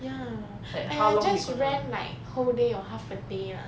ya and I just rent like whole day or half a day ah